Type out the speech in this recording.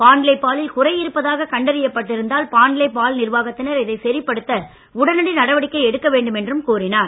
பாண்லே பாலில் குறை இருப்பதாக கண்டறியப் பட்டிருந்தால் பாண்லே பால் நிர்வாகத்தினர் இதை சரிபடுத்த உடனடி நடவடிக்கை எடுக்க வேண்டும் என்றும் அவர் கூறினார்